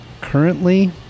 Currently